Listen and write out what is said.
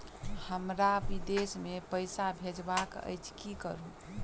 हमरा विदेश मे पैसा भेजबाक अछि की करू?